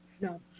No